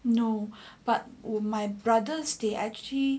no but would my brothers they actually